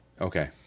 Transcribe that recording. Okay